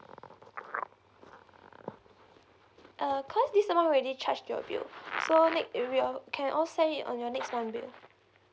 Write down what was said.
uh cause this amount already charged your bill so next we are can all see it on next month bill